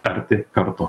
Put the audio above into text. arti kartu